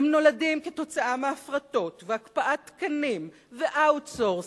הם נולדים כתוצאה מהפרטות והקפאת תקנים ו-outsourcing.